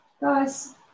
guys